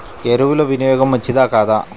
ఎరువుల వినియోగం మంచిదా కాదా?